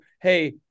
Hey